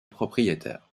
propriétaire